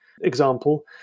example